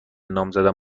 نامزدم